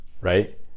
right